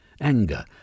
Anger